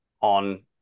on